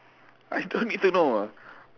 I don't need to know ah